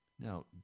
Now